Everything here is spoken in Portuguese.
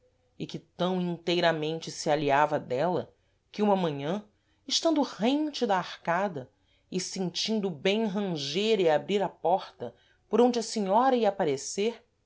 e que tam inteiramente se alheava dela que uma manhã estando rente da arcada e sentindo bem ranger e abrir a porta por onde a senhora ia aparecer